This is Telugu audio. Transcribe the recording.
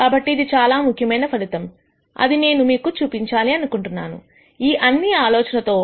కాబట్టి ఇది చాలా ముఖ్యమైన ఫలితం అది నేను మీకు చూపించాలి అనుకుంటున్నాను ఈ అన్ని ఆలోచనతో